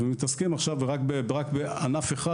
ומתעסקים שם עכשיו רק בענף אחד,